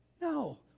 No